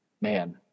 Man